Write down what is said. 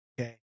Okay